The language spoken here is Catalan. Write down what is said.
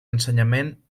ensenyament